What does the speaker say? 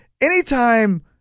Anytime